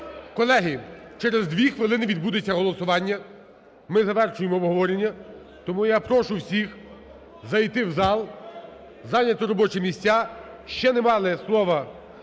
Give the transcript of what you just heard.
Колеги, через дві хвилини відбудеться голосування, ми завершуємо обговорення, тому я прошу всіх зайти в зал, зайняти робочі місця. Ще не мали слово